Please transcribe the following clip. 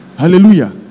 Hallelujah